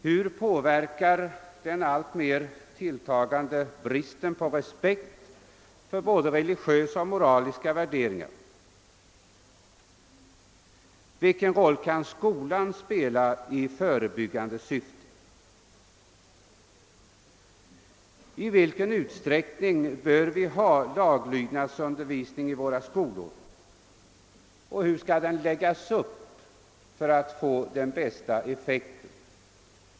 Hur påverkar den allimer tilltagande bristen på respekt för både religiösa och moraliska värderingar? Vilken roll kan skolan spela i förebyggande syfte? I vilken utsträckning behöver vi ha laglydnadsundervisning i våra skolor och hur skall den läggas upp för att få den bästa effekten?